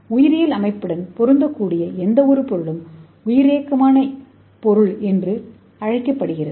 உயிரியல் அமைப்புடன் பொருந்தக்கூடிய எந்தவொரு பொருளும் உயிரியக்க இணக்கமான பொருள் என்று அழைக்கப்படுகிறது